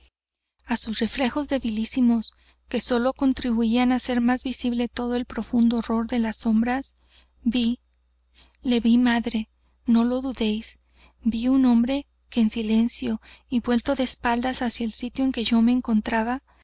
a sus reflejos débilísimos que sólo contribuían á hacer más visible todo el profundo horror de las sombras vi le vi madre no lo dudéis vi un hombre que en silencio y vuelto de espaldas hacia el sitio en que yo